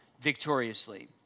victoriously